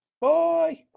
Bye